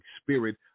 Spirit